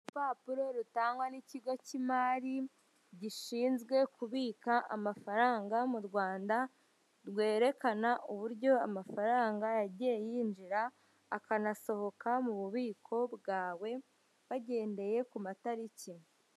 Urupapuro rutangwa n'ikigo cy'imari gishinzwe kubika amafaranga mu Rwanda, rwerekana uburyo amafaranga yagiye yinjira akanasohoka mu bubiko bwawe bagendeye ku matariki.